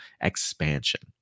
expansion